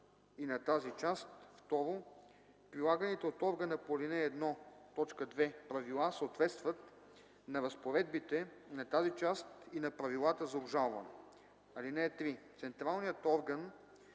и на тази част; 2. прилаганите от органа по ал. 1, т. 2 правила съответстват на разпоредбите на тази част и на правилата за обжалване. (3) Централният орган